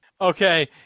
Okay